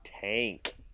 tank